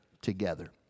together